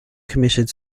committed